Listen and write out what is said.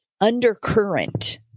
undercurrent